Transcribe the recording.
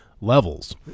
levels